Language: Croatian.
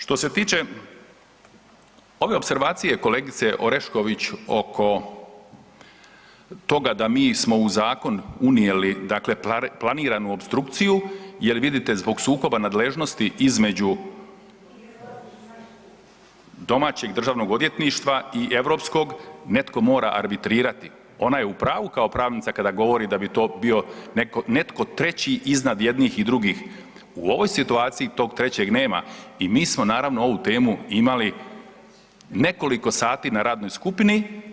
Što se tiče ove opservacije kolegice Orešković oko toga da mi smo u zakon unijeli, dale planiranu opstrukciju, jer vidite, zbog sukoba nadležnosti između ... [[Upadica se ne čuje.]] domaćeg DORH-a i europskog, netko mora arbitrirati, ona je u pravu kao pravnica, kada govori da bi to bio netko treći iznad jednih i drugih, u ovoj situaciji tog trećeg nema i mi smo naravno ovu temu imali nekoliko sati na radnoj skupini.